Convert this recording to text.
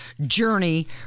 Journey